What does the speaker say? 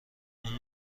اون